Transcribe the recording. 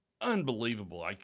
unbelievable